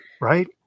Right